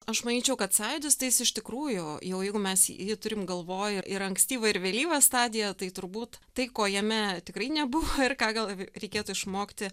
aš manyčiau kad sąjūdis tai jis iš tikrųjų jau jeigu mes jį turim galvojoj ir ankstyvą ir vėlyvą stadiją tai turbūt tai ko jame tikrai nebuvo ir ką gal reikėtų išmokti